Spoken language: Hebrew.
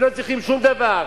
הם לא צריכים שום דבר.